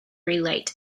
relate